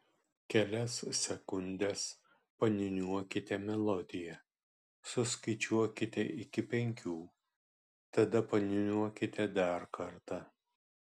kelias sekundes paniūniuokite melodiją suskaičiuokite iki penkių tada paniūniuokite dar kartą